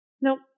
Nope